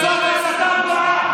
זאת הסתה פרועה.